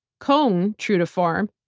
cohn, true to form,